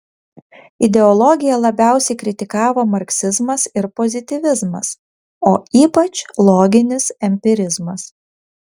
ideologiją labiausiai kritikavo marksizmas ir pozityvizmas o ypač loginis empirizmas